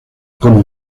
como